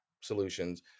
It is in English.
solutions